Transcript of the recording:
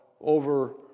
over